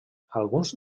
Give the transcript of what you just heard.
alguns